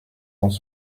ans